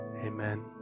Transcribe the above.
Amen